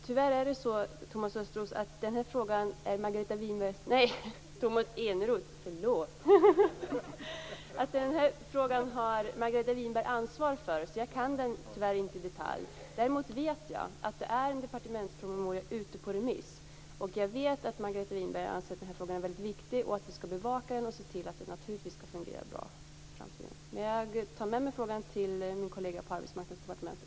Herr talman! Tyvärr är det så, Tomas Eneroth, att den här frågan har Margareta Winberg ansvar för. Jag kan den därför inte i detalj. Däremot vet jag att det är en departementspromemoria ute på remiss, och jag vet att Margareta Winberg anser att den här frågan är väldigt viktig. Vi skall bevaka den och naturligtvis se till att det skall fungera bra i framtiden. Jag tar med mig frågan till min kollega på Arbetsmarknadsdepartementet.